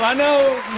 ah no